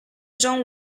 john